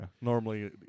normally